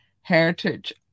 Heritage